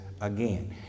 again